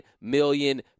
million